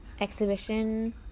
exhibition